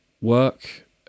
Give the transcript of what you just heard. work